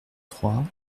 trois